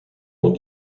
dans